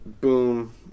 boom